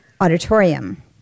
Auditorium